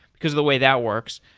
because the way that works.